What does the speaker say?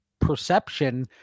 perception